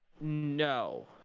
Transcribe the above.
no